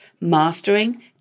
mastering